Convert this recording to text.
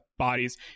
bodies